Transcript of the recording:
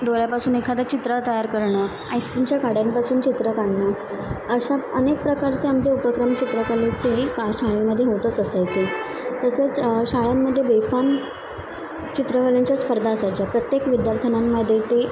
दोऱ्यापासून एखादा चित्र तयार करणं आईस्क्रीमच्या काड्यांपासून चित्र काढणं अशा अनेक प्रकारचे आमचे उपक्रम चित्रकलेचे हे का शाळेमध्ये होतच असायचे तसेच शाळांमध्ये बेफाम चित्रकलेच्या स्पर्धा असायच्या प्रत्येक विद्यार्थ्यांमध्ये ते